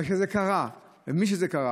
אבל כשזה קרה, למי שזה קרה,